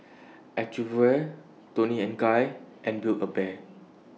Acuvue Toni and Guy and Build A Bear